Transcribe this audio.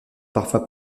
parfois